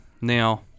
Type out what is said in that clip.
Now